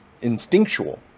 instinctual